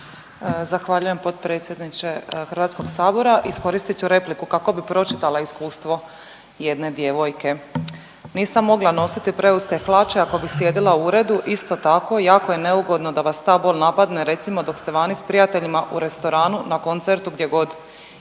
Zahvaljujem potpredsjedniče Hrvatskog sabora. Iskoristit ću repliku kako bi pročitala iskustvo jedne djevojke. Nisam mogla nositi preuske hlače ako bih sjedila u uredu, isto tako jako je neugodno da vas ta bol napadne recimo dok ste vani s prijateljima, u restoranu, na koncertu, gdje god.